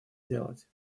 делать